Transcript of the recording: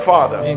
Father